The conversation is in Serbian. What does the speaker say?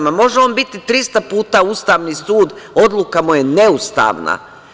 Ma, može on biti 300 puta Ustavni sud, odluka mu je neustavna.